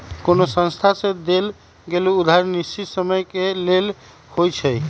कोनो संस्था से देल गेल उधारी निश्चित समय के लेल होइ छइ